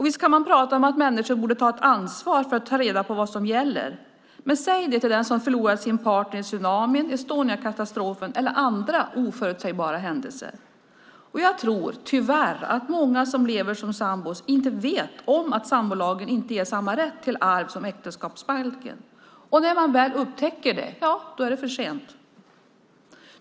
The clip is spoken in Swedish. Visst kan man säga att människor borde ta ett ansvar och ta reda på vad som gäller. Men säg det till den som förlorar sin partner i tsunamin, Estoniakatastrofen eller vid andra oförutsägbara händelser. Jag tror att många som lever som sambor tyvärr inte vet att sambolagen inte ger samma rätt till arv som äktenskapsbalken. När man väl upptäcker det är det för sent.